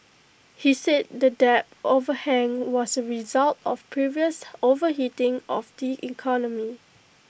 he said that debt overhang was A result of previous overheating of the economy